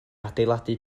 adeiladu